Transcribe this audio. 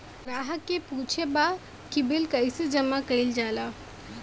ग्राहक के पूछे के बा की बिल जमा कैसे कईल जाला?